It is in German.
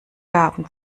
gaben